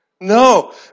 No